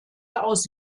aus